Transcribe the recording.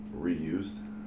Reused